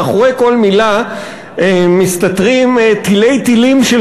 מאחורי כל מילה מסתתרים תלי תלים של